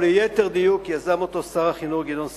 וליתר דיוק יזם אותו שר החינוך גדעון סער.